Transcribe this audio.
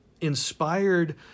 inspired